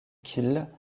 qu’il